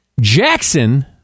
Jackson